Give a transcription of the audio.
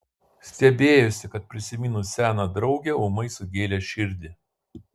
stebėjosi kad prisiminus seną draugę ūmai sugėlė širdį